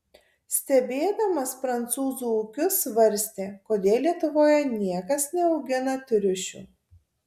stebėdamas prancūzų ūkius svarstė kodėl lietuvoje niekas neaugina triušių